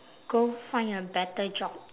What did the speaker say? go find a better job